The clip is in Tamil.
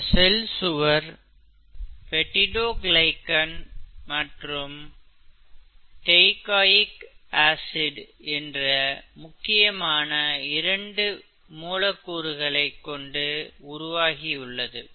இந்த செல் சுவர் பெப்டிடோகிலைகன் மற்றும் டெய்காய்க் ஆசிட் என்ற முக்கியமான இரண்டு மூலக் கூறுகளைக் கொண்டு உருவாகியுள்ளது